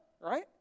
right